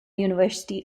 university